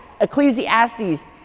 Ecclesiastes